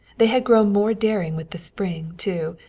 they had grown more daring with the spring, too,